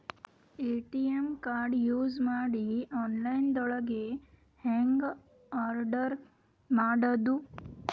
ATM card use ಮಾಡಿ online ದೊಳಗೆ ಹೆಂಗ್ ಆರ್ಡರ್ ಮಾಡುದು?